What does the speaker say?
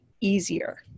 easier